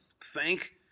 thank